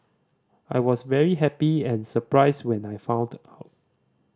I was very happy and surprised when I found out